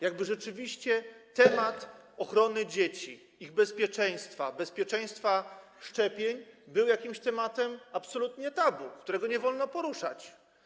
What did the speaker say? Jakby rzeczywiście temat ochrony dzieci, ich bezpieczeństwa, bezpieczeństwa szczepień był absolutnie tematem tabu, którego nie wolno poruszać.